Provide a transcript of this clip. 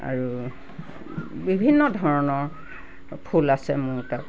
আৰু বিভিন্ন ধৰণৰ ফুল আছে মোৰ তাত